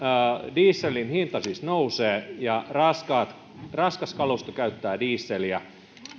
dieselin hinta siis nousee ja raskas kalusto käyttää dieseliä